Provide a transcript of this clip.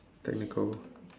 technical